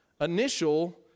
initial